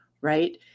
right